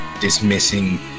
dismissing